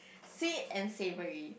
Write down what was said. sweet and savoury